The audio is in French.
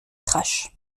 thrash